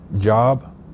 job